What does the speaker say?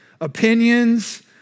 opinions